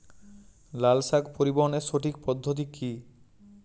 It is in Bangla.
লালশাক পরিবহনের সঠিক পদ্ধতি কি?